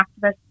activists